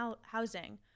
housing